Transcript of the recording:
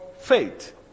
faith